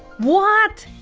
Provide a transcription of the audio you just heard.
what?